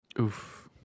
oof